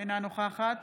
אינה נוכחת